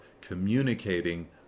communicating